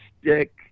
Stick